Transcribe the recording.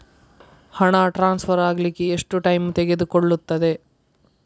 ಹಣ ಟ್ರಾನ್ಸ್ಫರ್ ಅಗ್ಲಿಕ್ಕೆ ಎಷ್ಟು ಟೈಮ್ ತೆಗೆದುಕೊಳ್ಳುತ್ತದೆ?